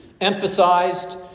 emphasized